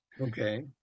Okay